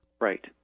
Right